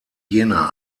jena